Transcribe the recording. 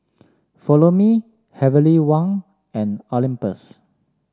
Follow Me Heavenly Wang and Olympus